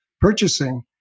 purchasing